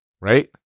right